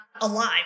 alive